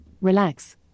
Relax